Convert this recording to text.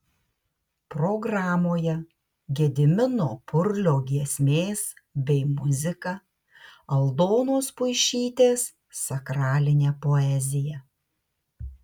programoje gedimino purlio giesmės bei muzika aldonos puišytės sakralinė poezija